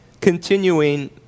Continuing